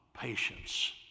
Patience